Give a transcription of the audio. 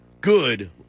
good